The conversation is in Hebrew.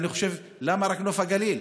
למה רק נוף הגליל?